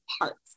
parts